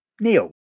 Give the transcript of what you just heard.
Neil